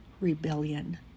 rebellion